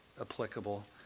applicable